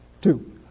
Two